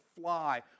fly